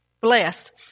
Blessed